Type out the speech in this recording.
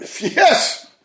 yes